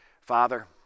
Father